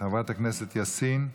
חברת הכנסת יאסין,